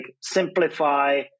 simplify